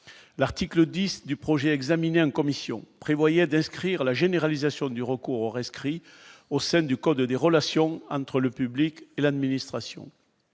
l'article 10 du projet examiné en commission prévoyait d'inscrire la généralisation du recours aux rescrit Hossein du Corps de des relations entre le public et l'administration